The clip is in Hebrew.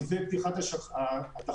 מתווה פתיחת התחרות,